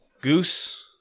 Goose